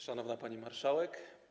Szanowna Pani Marszałek!